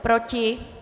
Proti?